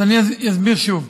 אז אני אסביר שוב: